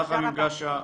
רחמים גאשה,